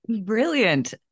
Brilliant